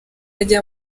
ajya